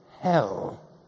hell